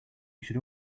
should